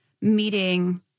meeting